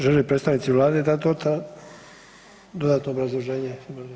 Žele li predstavnici Vlade dat dodatno obrazloženje?